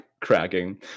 cracking